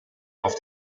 auf